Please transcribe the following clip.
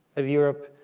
of europe,